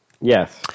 Yes